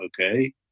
Okay